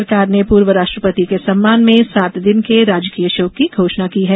सरकार ने पूर्व राष्ट्रपति के सम्मान में सात दिन के राजकीय शोक की घोषणा की है